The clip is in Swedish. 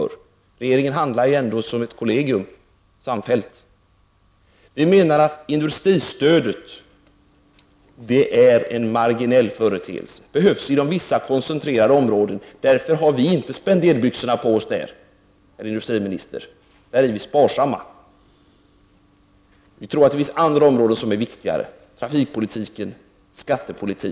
Regeringen handlar ju ändå som ett kollegium, samfällt. Vi menar att industristödet är en marginell företeelse. Det behövs inom vissa koncentrerade områden. Därför har vi inte spenderbyxorna på i det avseendet, herr industriminister, utan vi är sparsamma. Vi tror att det finns andra områden som är viktigare. Det kan gälla trafikpolitik och skattepolitik.